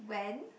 when